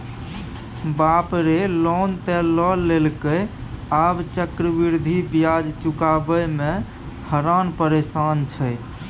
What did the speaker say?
बाप रे लोन त लए लेलकै आब चक्रवृद्धि ब्याज चुकाबय मे हरान परेशान छै